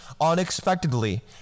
unexpectedly